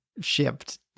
shipped